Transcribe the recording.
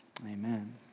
Amen